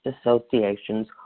associations